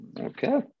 Okay